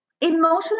emotional